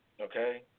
Okay